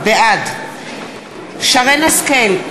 בעד למה לחו"ל?